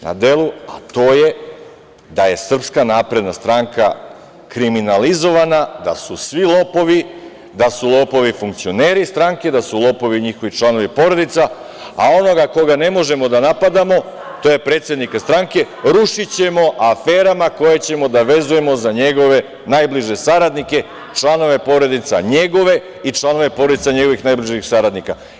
na delu, a to je da je SNS kriminalizovana, da su svi lopovi, da su lopovi funkcioneri stranke, da su lopovi njihovi članovi porodica, a onoga koga ne možemo da napadamo tj. predsednika stranke rušićemo aferama koje ćemo da vezujemo za njegove najbliže saradnike, članove porodica njegove i članove porodica njegovih najbližih saradnika.